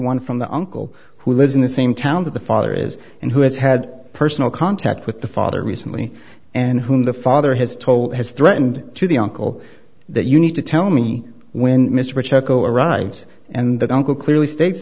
one from the uncle who lives in the same town that the father is and who has had personal contact with the father recently and whom the father has told has threatened to the uncle that you need to tell me when mr chacko arrives and that uncle clearly states